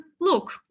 look